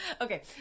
okay